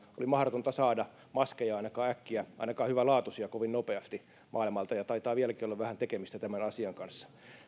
oli mahdotonta saada maskeja maailmalta ainakaan äkkiä ainakaan hyvälaatuisia kovin nopeasti ja taitaa vieläkin olla vähän tekemistä tämän asian kanssa